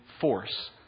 force